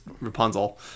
Rapunzel